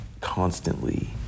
constantly